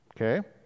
Okay